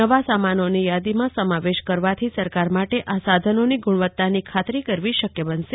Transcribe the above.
નવા સામનોની યાદીમાં સમાવેશ કરવાથી સરકાર માટે આ સાધનોની ગુણવત્તાની ખાતરી કરવી શક્ય બનશે